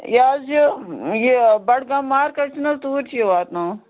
یہِ حظ یہِ یہِ بَڈگام مارکٮ۪ٹَس منٛز توٗرۍ چھُ یہِ واتناوُن